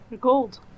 gold